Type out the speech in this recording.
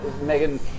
Megan